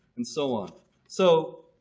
and so on so